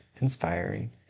inspiring